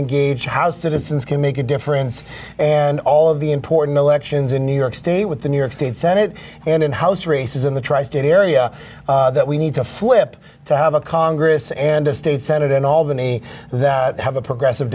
engaged how citizens can make a difference and all of the important elections in new york state with the new york state senate and house races in the tri state area that we need to flip to have a congress and a state senate in albany that have a progressive